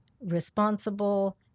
responsible